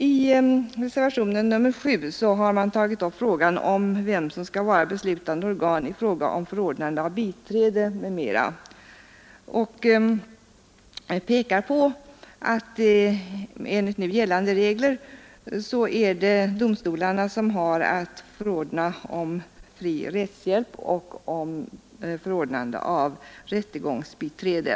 I reservationen 7 har reservanterna tagit upp frågan om vilken instans som skall vara beslutande organ i fråga om förordnande om biträde m.m. Enligt nu gällande regler är det domstolarna som har att bevilja fri rättegång och förordna om rättegångsbiträde.